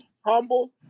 humble